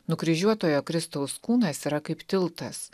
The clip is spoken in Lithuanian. nukryžiuotojo kristaus kūnas yra kaip tiltas